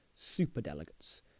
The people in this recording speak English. superdelegates